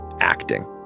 acting